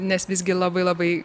nes visgi labai labai